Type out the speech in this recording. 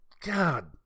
God